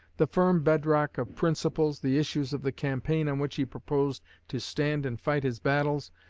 the firm bedrock of principles, the issues of the campaign on which he proposed to stand and fight his battles,